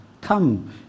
come